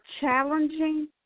challenging